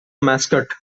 mascot